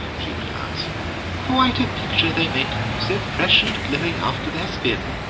she would announce quite a picture they make, so fresh and glowing after their spin.